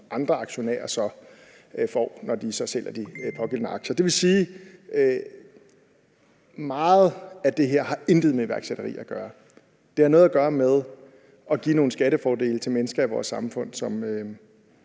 som andre aktionærer får, når de sælger de pågældende aktier. Det vil sige, at meget af det her intet har med iværksætteri at gøre; det har noget at gøre med at give nogle skattefordele til nogle mennesker i vores samfund,